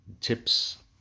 tips